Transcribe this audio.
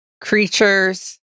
creatures